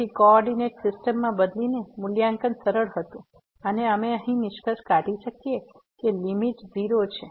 તેથી કોઓર્ડીનેટ સિસ્ટમમાં બદલીને મૂલ્યાંકન સરળ હતું અને અમે હવે નિષ્કર્ષ કાઢી શકીએ કે લીમીટ 0 છે